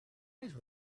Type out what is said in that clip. was